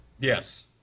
Yes